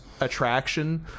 attraction